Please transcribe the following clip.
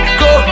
go